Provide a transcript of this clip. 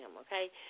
Okay